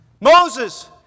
Moses